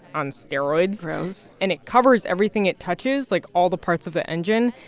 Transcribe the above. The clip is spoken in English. on steroids gross and it covers everything it touches, like all the parts of the engine,